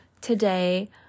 today